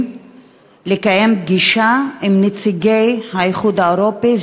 לקיים פגישה עם נציגי האיחוד האירופי,